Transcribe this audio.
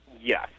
yes